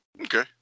Okay